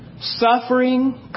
suffering